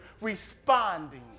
responding